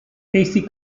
hasty